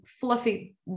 fluffy